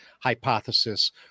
hypothesis